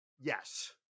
Yes